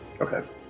Okay